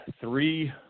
three